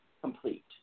complete